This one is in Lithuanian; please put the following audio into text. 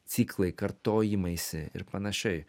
ciklai kartojimaisi ir panašiai